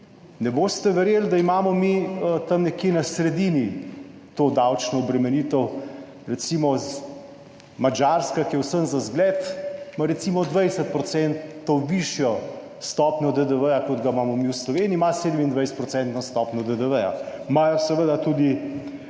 ne boste verjeli, da imamo mi tam nekje na sredini to davčno obremenitev. Recimo Madžarska, ki je vsem za zgled ima recimo 20 % višjo stopnjo DDV, kot ga imamo mi v Sloveniji, ima 27-odstotno stopnjo DDV. Imajo seveda tudi